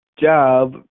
job